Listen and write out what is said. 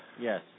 Yes